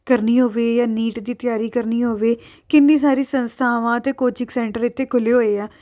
ਕਰਨੀ ਹੋਵੇ ਜਾਂ ਨੀਟ ਦੀ ਤਿਆਰੀ ਕਰਨੀ ਹੋਵੇ ਕਿੰਨੀ ਸਾਰੀ ਸੰਸਥਾਵਾਂ ਅਤੇ ਕੋਚਿੰਗ ਸੈਂਟਰ ਇੱਥੇ ਖੁੱਲ੍ਹੇ ਹੋਏ ਆ